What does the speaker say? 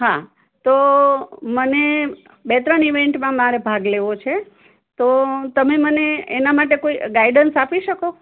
હા તો મને બે ત્રણ ઈવેન્ટમાં મારે ભાગ લેવો છે તો તમે મને એના માટે કોઈ ગાઈડન્સ આપી શકો